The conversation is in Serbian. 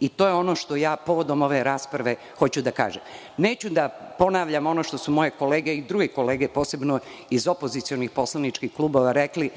i to je ono što ja povodom ove rasprave hoću da kažem. Neću da ponavljam ono što su moje kolege i druge kolege, posebno iz opozicionih poslaničkih klubova rekle,